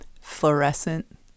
Fluorescent